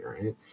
right